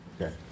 Okay